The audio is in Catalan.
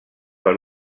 per